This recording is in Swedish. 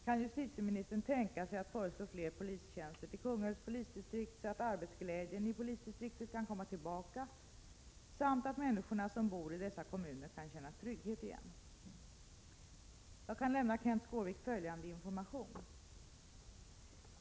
Kan justitieministern tänka sig att föreslå fler polistjänster till Kungälvs polisdistrikt, så att arbetsglädjen i polisdistriktet kan komma tillbaka samt att människorna som bor i dessa kommuner kan känna sig trygga igen? Jag kan lämna Kenth Skårvik följande information.